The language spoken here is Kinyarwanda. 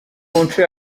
nshuro